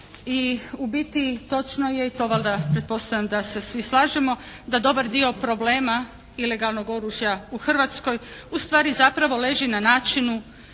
I u biti točno je i to valjda pretpostavljam da se svi slažemo da dobar dio problema ilegalnog oružja u Hrvatskoj ustvari zapravo leži u načinu